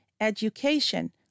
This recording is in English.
education